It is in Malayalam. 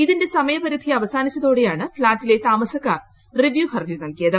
ഇതിന്റെ സമയപരിധി അവസാനിച്ചതോടെയാണ് ഫ്ളാറ്റിലെ താമസക്കാർ റിവ്യൂ ഹർജി നൽകിയത്